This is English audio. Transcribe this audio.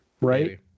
right